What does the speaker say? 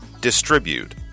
Distribute